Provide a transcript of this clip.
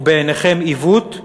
היא בעיניכם עיוות,